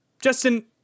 Justin